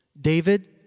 David